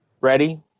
Ready